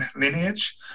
lineage